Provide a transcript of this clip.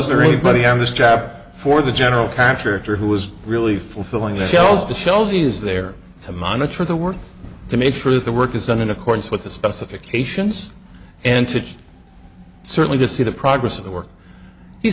was there anybody on this job for the general contractor who was really fulfilling the shells the shells he is there to monitor the work to make sure that the work is done in accordance with the specifications and to certainly just see the progress of the work he